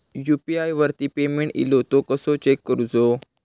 UPI वरती payment इलो तो कसो चेक करुचो?